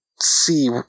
see